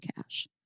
cash